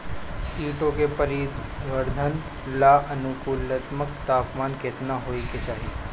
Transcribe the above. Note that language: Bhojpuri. कीटो के परिवरर्धन ला अनुकूलतम तापमान केतना होए के चाही?